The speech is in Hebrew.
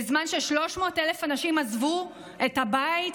בזמן ש-300,000 אנשים עזבו את הבית,